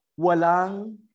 walang